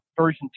version